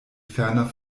ferner